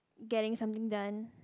getting something done